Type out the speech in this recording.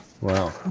wow